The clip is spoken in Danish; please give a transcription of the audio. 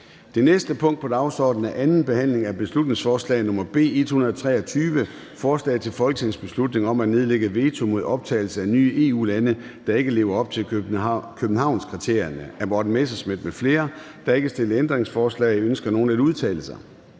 Det næste punkt på dagsordenen er: 88) 2. (sidste) behandling af beslutningsforslag nr. B 123: Forslag til folketingsbeslutning om at nedlægge veto mod optagelse af nye EU-lande, der ikke lever op til Københavnskriterierne. Af Morten Messerschmidt (DF) m.fl. (Fremsættelse 23.02.2024. 1.